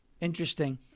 interesting